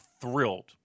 thrilled